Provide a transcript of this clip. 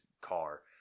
car